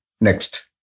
Next